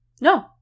No